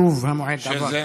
שוב המועד עבר.